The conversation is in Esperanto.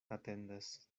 atendas